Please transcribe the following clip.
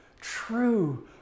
true